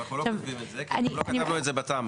אנחנו לא כותבים את זה וגם לא כתבנו את זה בתמ"א.